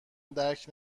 درک